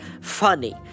funny